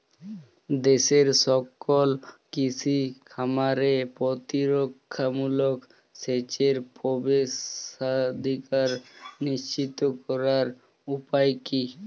দেশের সকল কৃষি খামারে প্রতিরক্ষামূলক সেচের প্রবেশাধিকার নিশ্চিত করার উপায় কি?